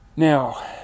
Now